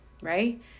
right